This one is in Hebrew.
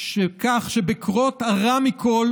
כך שבקרות הרע מכול,